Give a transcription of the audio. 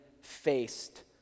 faced